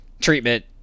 treatment